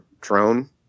drone